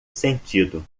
sentido